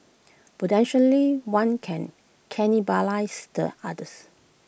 potentially one can cannibalise the others